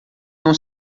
não